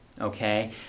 Okay